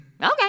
Okay